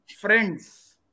friends